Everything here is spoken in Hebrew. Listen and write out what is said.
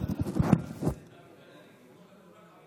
תשלום דמי